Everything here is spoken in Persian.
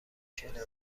شنویم